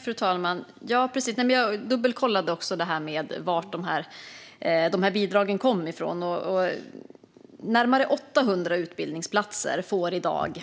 Fru talman! Jag dubbelkollade också varifrån bidragen kom, och närmare 800 utbildningsplatser inom